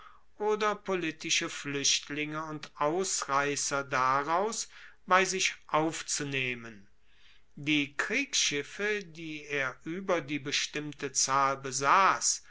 oder politische fluechtlinge und ausreisser daraus bei sich aufzunehmen die kriegsschiffe die er ueber die bestimmte zahl besass